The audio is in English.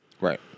Right